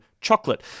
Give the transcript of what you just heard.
chocolate